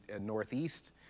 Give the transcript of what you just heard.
Northeast